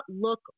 look